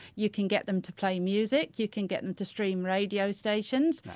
you can get them to play music, you can get them to stream radio stations,